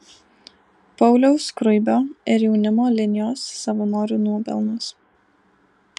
pauliaus skruibio ir jaunimo linijos savanorių nuopelnas